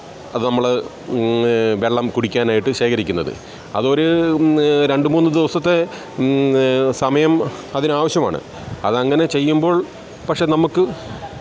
അത് നമ്മൾ വെള്ളം കുടിക്കാനായിട്ട് ശേഖരിക്കുന്നത് അതൊരു രണ്ടുമൂന്നു ദിവസത്തെ സമയം അതിനാവശ്യമാണ് അതങ്ങനെ ചെയ്യുമ്പോൾ പക്ഷേ നമുക്ക്